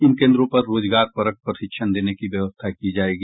इन केन्द्रों पर रोजगारपरक प्रशिक्षण देने की व्यवस्था की जायेगी